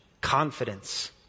confidence